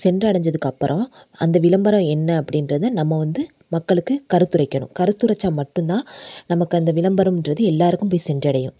சென்றடைஞ்சதுக்கப்புறோம் அந்த விளம்பரம் என்ன அப்படின்றத நம்ம வந்து மக்களுக்கு கருத்துரைக்கணும் கருத்துரைச்சா மட்டுந்தான் நமக்கு அந்த விளம்பரம்ன்றது எல்லாருக்கும் போய் சென்றடையும்